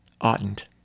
oughtn't